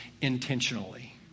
intentionally